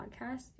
podcast